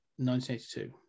1982